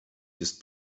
ist